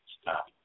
Stop